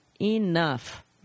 enough